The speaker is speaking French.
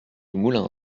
moulin